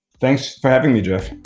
thanks for having me, jeff